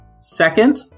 second